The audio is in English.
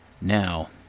Now